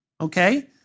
okay